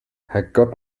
herrgott